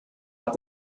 hat